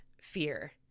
fear